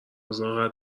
ازار